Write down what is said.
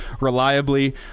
reliably